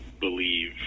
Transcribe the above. Believe